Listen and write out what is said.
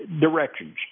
directions